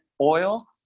oil